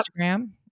Instagram